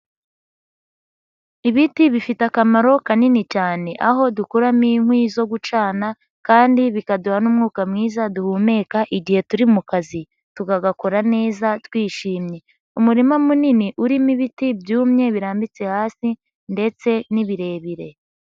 Ibiti bifite akamaro kanini cyane aho dukuramo inkwi zo gucana kandi bikaduha n'umwuka mwiza duhumeka igihe turi mu kazi tukagakora neza twishimye. Umurima munini urimo ibiti byumye birambitse hasi ndetse n'ibirebire.